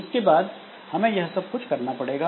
इसके बाद हमें यह सब कुछ करना पड़ेगा